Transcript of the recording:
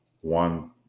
one